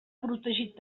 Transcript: protegit